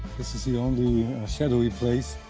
this is the only shadowy place.